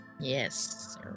Yes